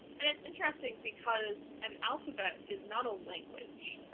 and it's interesting because an alphabet is not a language.